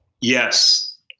Yes